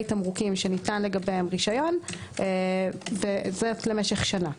תמרוקים שניתן לגביהם רשיון וזאת למשך שנה.